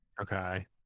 Okay